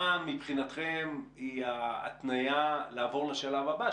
מה מבחינתכם היא ההתניה לעבור לשלב הבא,